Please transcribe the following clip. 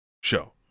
show